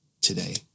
today